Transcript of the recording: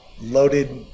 loaded